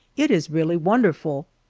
it is really wonderful.